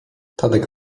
tadek